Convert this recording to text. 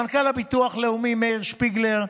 למנכ"ל הביטוח הלאומי מאיר שפיגלר,